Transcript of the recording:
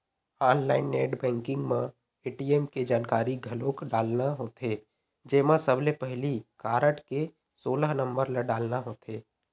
online net banking म ATM के जानकारी घलोक डालना होथे जेमा सबले पहिली कारड के सोलह नंबर ल डालना होथे